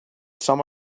some